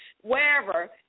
wherever